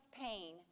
pain